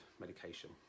medication